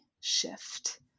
shift